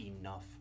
enough